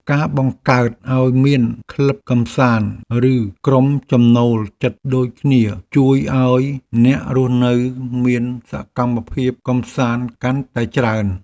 ការបង្កើតឱ្យមានក្លឹបកម្សាន្តឬក្រុមចំណូលចិត្តដូចគ្នាជួយឱ្យអ្នករស់នៅមានសកម្មភាពកម្សាន្តកាន់តែច្រើន។